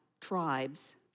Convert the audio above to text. tribes